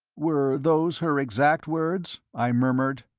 were those her exact words? i murmured.